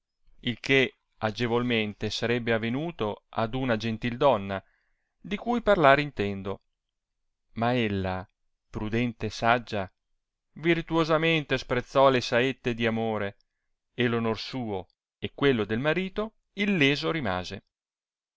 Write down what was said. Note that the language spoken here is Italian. il che agevolmente sarebbe avenuto ad una gentil donna di cui parlar intendo ma ella prudente e saggia virtuosamente sprezzò le saette di amore e l onor suo e quello del marito illeso rimase